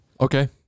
Okay